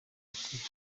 ati